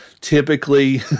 typically